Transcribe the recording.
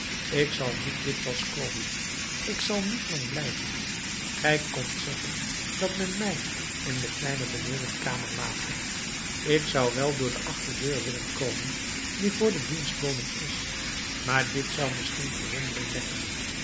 ik zal niet dikwijls komen ik zal niet lang blijven gij kondt zeggen dat men mij in de kleine benedenkamer late ik zou wel door de achterdeur willen komen die voor de dienstboden is maar dit zou misschien verwondering wekken